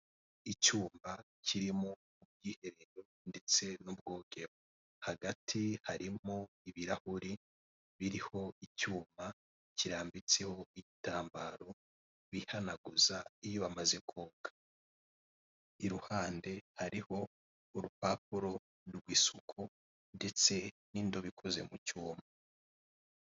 Icyumba kirimo ubwiherero ndetse n'ubwogero, hagati harimo ibirahure biriho icyuma cyirambitseho ibitambaro bihanaguza iyo bamaze koga, i ruhande hariho urupapuro rw'isuku ndetse n'indobo ikoze mu cyuma.